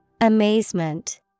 Amazement